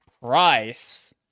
Price